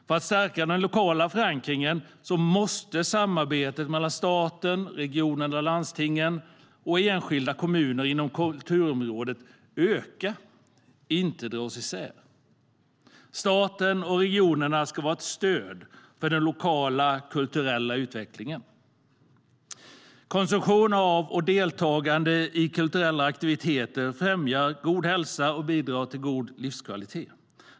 För att stärka den lokala förankringen måste samarbetet mellan staten, regionerna, landstingen och enskilda kommuner inom kulturområdet öka, inte dras isär. Staten och regionerna ska vara ett stöd för den lokala kulturella utvecklingen. Konsumtion av och deltagande i kulturella aktiviteter främjar god hälsa och bidrar till god livskvalitet.